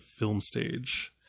filmstage